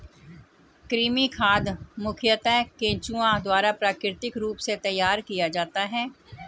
कृमि खाद मुखयतः केंचुआ द्वारा प्राकृतिक रूप से तैयार किया जाता है